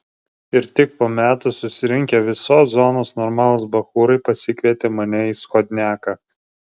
ir tik po metų susirinkę visos zonos normalūs bachūrai pasikvietė mane į schodniaką